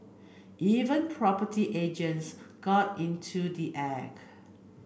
even property agents got into the act